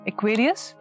Aquarius